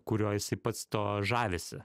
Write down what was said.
kuriuo jisai pats tuo žavisi